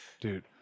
Dude